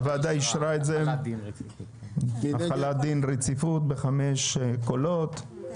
הוועדה אישרה החלת דין רציפות ב-5 קולות בעד,